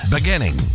Beginning